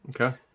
Okay